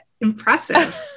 Impressive